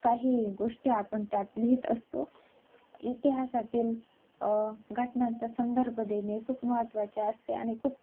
काही गोष्टी आपण त्यात लिहित असतो इतिहासातील घटनांचा संदर्भ देणे खूप महत्त्वाचे असते आणि खूप